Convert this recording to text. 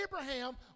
Abraham